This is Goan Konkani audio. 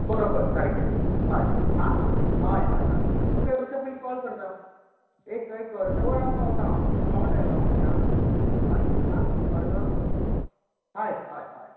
बरोबर सारकें हय आं हय हय हय तुमकां येवच्या पयलीं कॉल करता एक एक अर्दवरान पावता हांव पावत आयलों म्हापशा चल आं हय अर्दवरान पावता हय हय हय